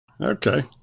Okay